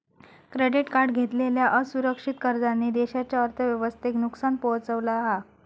credit card घेतलेल्या असुरक्षित कर्जांनी देशाच्या अर्थव्यवस्थेक नुकसान पोहचवला हा